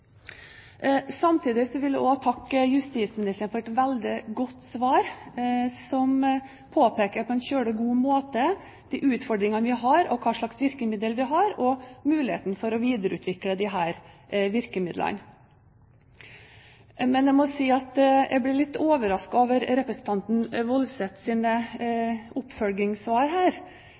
Samtidig vil jeg også takke justisministeren for et veldig godt svar, som på en veldig god måte påpeker de utfordringene vi har, hva slags virkemidler vi har, og muligheten for å videreutvikle disse. Men jeg må si jeg ble litt overrasket over representanten Woldseths oppfølgingssvar,